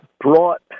brought